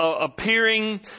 appearing